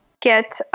get